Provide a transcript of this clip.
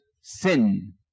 sin